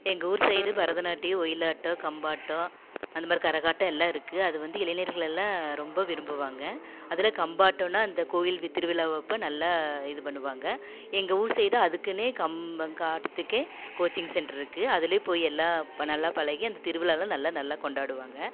எங்கள் ஊர் சைடு பரதநாட்டியம் ஒயிலாட்டம் கம்பாட்டம் அந்த மாதிரி கரகாட்டம் எல்லாம் இருக்கு அது வந்து இளைஞர்கள் எல்லாம் ரொம்ப விரும்புவாங்கள் அதில் கம்பாட்டம்னால் அந்த கோவில் வி திருவிழாவப்போ நல்லா இது பண்ணுவாங்கள் எங்கள் ஊர் சைடு அதுக்குன்னே கம்பங்காட்டத்துக்கே கோச்சிங் சென்ட்ரு இருக்குது அதிலே போய் எல்லாம் ப நல்லாப் பழகி அந்த திருவிழாவெலாம் நல்லா நல்லா கொண்டாடுவாங்கள்